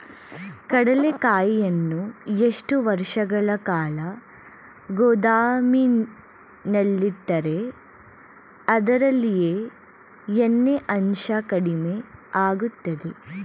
ಕಡ್ಲೆಕಾಯಿಯನ್ನು ಎಷ್ಟು ವರ್ಷಗಳ ಕಾಲ ಗೋದಾಮಿನಲ್ಲಿಟ್ಟರೆ ಅದರಲ್ಲಿಯ ಎಣ್ಣೆ ಅಂಶ ಕಡಿಮೆ ಆಗುತ್ತದೆ?